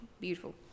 beautiful